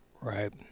Right